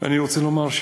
אני רוצה לומר,